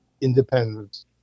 independence